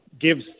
gives